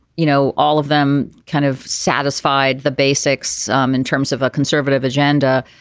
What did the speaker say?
you know all of them kind of satisfied the basics um in terms of a conservative agenda.